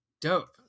Dope